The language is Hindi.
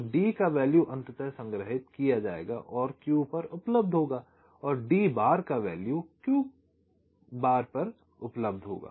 तो D का वैल्यू अंततः संग्रहित किया जाएगा और Q पर उपलब्ध होगा और D बार का वैल्यू Q बार पर उपलब्ध होगा